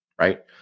right